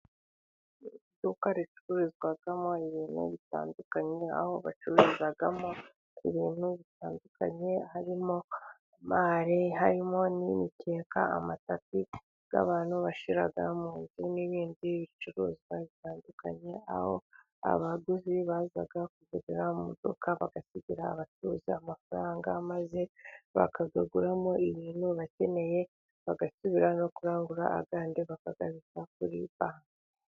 Iduka ricururizwamo ibintu bitandukanye, nk'aho bacururizamo ibintu bitandukanye harimo mare, harimo n'imikeka, amatapi, y'abantu bashira munzu n'ibindi bicuruzwa bitandukanye, aho abaguzi baza kugurira mu modoka bagasigira abacuruza amafaranga, maze bakayaguramo ibintu bakeneye, bagasubira no kurangura, andi bakayabitsa kuri banki.